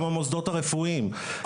וגם המוסדות הרפואיים,